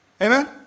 amen